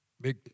big